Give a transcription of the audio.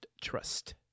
trust